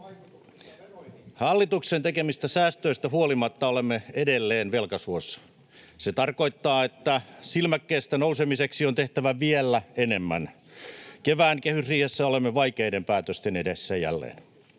Hallituksen tekemistä säästöistä huolimatta olemme edelleen velkasuossa. Se tarkoittaa, että silmäkkeestä nousemiseksi on tehtävä vielä enemmän. Kevään kehysriihessä olemme jälleen vaikeiden päätösten edessä.